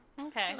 okay